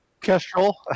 Kestrel